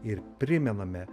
ir primename